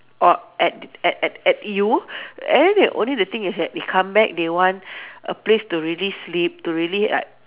or at at at at U and then they only the thing is that they come back they want a place to really sleep to really like